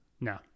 No